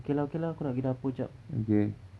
okay lah okay lah aku nak pergi dapur jap